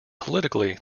politically